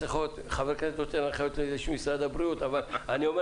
שהסיכון שבן אדם שיהיה בהן יחזור לכאן חולה הוא נמוך.